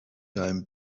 time